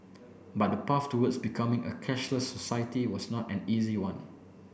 but the path towards becoming a cashless society was not an easy one